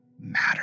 matter